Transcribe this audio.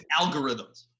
algorithms